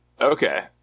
Okay